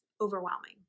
overwhelming